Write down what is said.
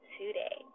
today